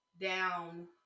down